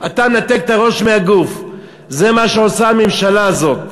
אתה מנתק את הראש מהגוף, זה מה שעושה הממשלה הזאת.